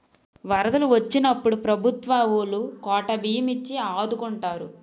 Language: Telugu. వరదలు వొచ్చినప్పుడు ప్రభుత్వవోలు కోటా బియ్యం ఇచ్చి ఆదుకుంటారు